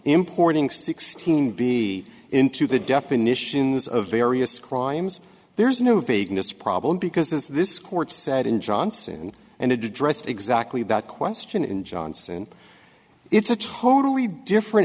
importing sixteen b into the definitions of various crimes there's no vagueness problem because as this court said in johnson and addressed exactly that question in johnson it's a totally different